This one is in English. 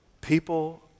people